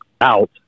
out